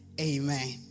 Amen